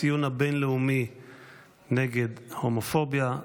ציון היום הבין-לאומי נגד הומופוביה,